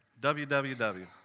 www